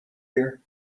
here